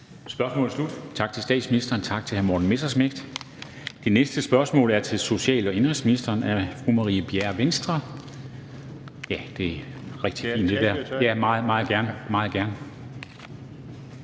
Spørgsmålet er slut. Tak til statsministeren og tak til hr. Morten Messerschmidt. Det næste spørgsmål er til social- og indenrigsministeren af fru Marie Bjerre, Venstre. (Morten Messerschmidt (DF):